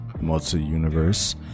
multi-universe